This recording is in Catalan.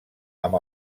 amb